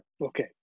okay